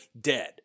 dead